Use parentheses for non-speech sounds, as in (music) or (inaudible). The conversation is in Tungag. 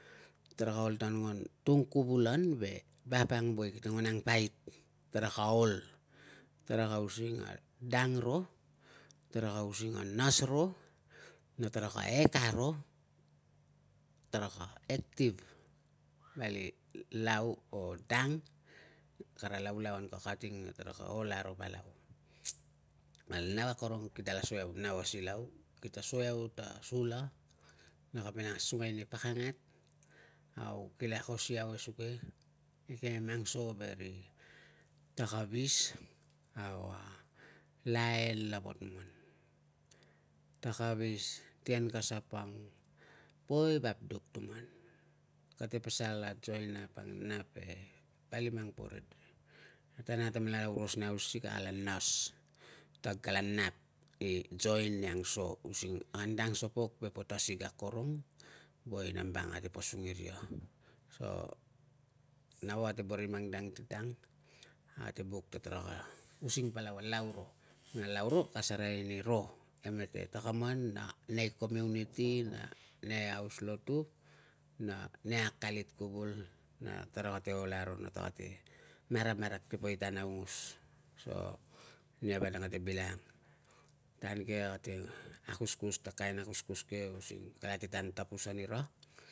Taraka ol ta anguan tung kuvul an ve vap ang kite nguan ang pait. Taraka ol. Taraka using a dang ro, taraka using a nas ro, na taraka act aro, tara ka active vali lau o dang. Kara laulauan ka kating na taraka ol aro palau. (noise) Val nau akorong, kitala so iau, nau a silau, kita so iau ta sula na kamela asungai i pakangat. Au kila akos iau esuge ikem angso veri takavis, au a lain lava tuman. Takavis, tienkasapang, poi vap duk tuman. Kate pasal a join up ang ve vali poe rede. Na tan ang atamela oros nei hausik, nala nas ta kag la nap ni join ni angso using anla angso pok ve po tasig akorong woe nambang ate pasung iria. So nau ate boro i mang dang ti dang, ate buk ta taraka using palau a lau ro na lau ro ka asereai ni ro e mete takaman na nei community na nei haus lotu na nei akalit kuvul na tara kate ol aro na taka te maramarak ti poi tan aungos. So, nia vanang kate bilangang. Tan ke ate akuskus ta kain akuskus ke using kalate tan tapus anira